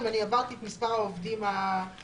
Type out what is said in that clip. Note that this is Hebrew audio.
אם אני עברת את מספר העובדים המקסימלי.